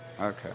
Okay